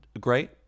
great